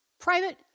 private